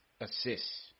assists